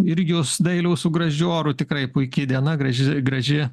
ir jus dailiau su gražiu oru tikrai puiki diena graži graži